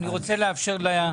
אני רוצה לאפשר לחברים.